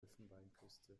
elfenbeinküste